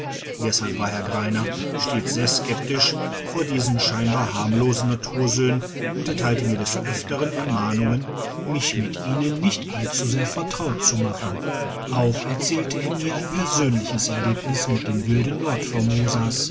deshalb war herr grein er stets sehr skeptisch vor diesen scheinbar harmlosen natursöhnen und ertheilte mir des öfteren ermahnungen mich mit ihnen nicht allzusehr vertraut zu machen auch erzählte er mir ein persönliches erlebnis mit den wilden